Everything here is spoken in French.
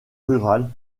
rurales